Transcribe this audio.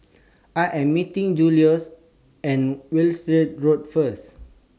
I Am meeting Julio At Wiltshire Road First